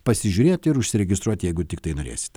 pasižiūrėt ir užsiregistruot jeigu tiktai norėsit